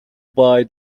buy